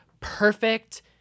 perfect